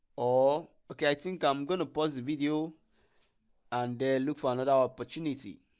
or okay i think i'm gonna pause the video and look for another opportunity